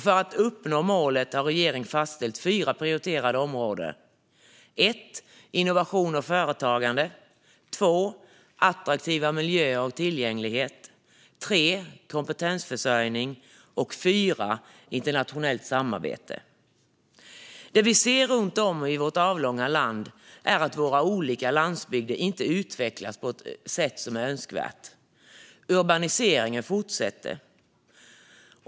För att uppnå målet har regeringen fastställt fyra prioriterade områden: Innovation och företagande Attraktiva miljöer och tillgänglighet Kompetensförsörjning Internationellt samarbete. Det vi ser runt om i vårt avlånga land är att våra olika landsbygder inte utvecklas på ett sätt som är önskvärt. Urbaniseringen fortsätter.